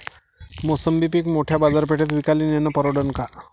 मोसंबी पीक मोठ्या बाजारपेठेत विकाले नेनं परवडन का?